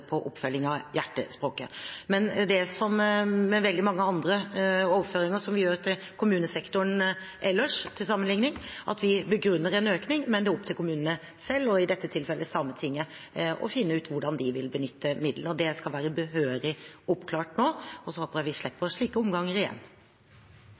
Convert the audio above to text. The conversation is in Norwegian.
på oppfølging av hjertespråket. Det er som med veldig mange andre overføringer som vi gjør til kommunesektoren ellers, til sammenligning, at vi begrunner en økning, men det er opp til kommunene selv, og i dette tilfellet Sametinget, å finne ut hvordan de vil benytte midlene. Det skal være behørig oppklart nå. Og så håper jeg vi slipper